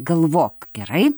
galvok gerai